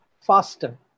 faster